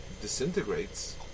disintegrates